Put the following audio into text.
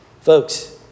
Folks